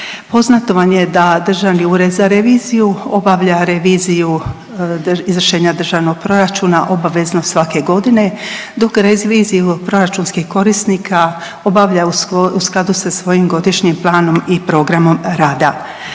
Poznato vam je da Državni ured za reviziju obavlja reviziju izvršenja Državnog proračuna obavezno svake godine, dok reviziju proračunskih korisnika obavlja u skladu sa svojim godišnjim planom i programom rada.